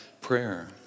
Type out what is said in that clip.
prayer